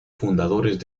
fundadores